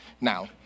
now